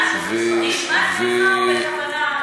נשמט לך, או בכוונה?